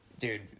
Dude